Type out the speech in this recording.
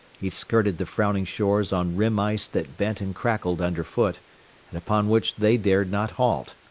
he skirted the frowning shores on rim ice that bent and crackled under foot and upon which they dared not halt.